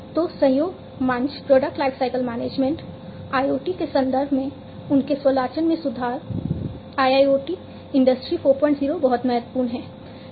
तो सहयोग मंच प्रोडक्ट लाइफसाइकिल मैनेजमेंट IoT के संदर्भ में उनके स्वचालन में सुधार IIoT इंडस्ट्री 40 बहुत महत्वपूर्ण है